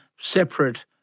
separate